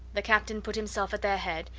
the captain put himself at their head,